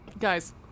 Guys